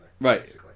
Right